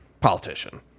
politician